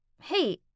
Hey